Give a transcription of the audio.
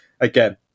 again